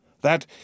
that